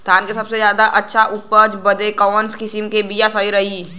धान क सबसे ज्यादा और अच्छा उपज बदे कवन किसीम क बिया सही रही?